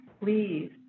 please